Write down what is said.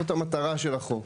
זאת המטרה של החוק.